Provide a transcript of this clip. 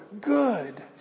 good